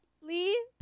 Lee